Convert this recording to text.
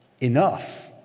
enough